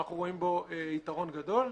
אנחנו רואים בו יתרון גדול.